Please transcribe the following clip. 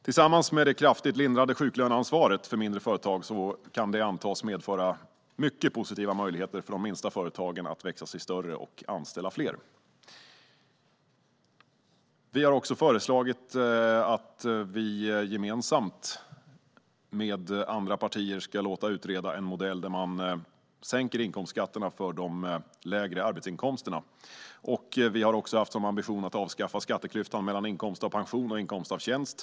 Tillsammans med det kraftigt lindrade sjuklöneansvaret för mindre företag kan detta antas medföra mycket positiva möjligheter för de minsta företagen att växa sig större och anställa fler. Vi har också föreslagit att vi gemensamt med andra partier ska låta utreda en modell där man sänker inkomstskatterna för de lägre arbetsinkomsterna. Vi har också haft som ambition att avskaffa skatteklyftan mellan inkomst av pension och inkomst av tjänst.